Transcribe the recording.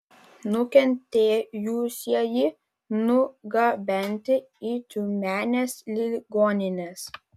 nukentėjusieji nugabenti į tiumenės ligonines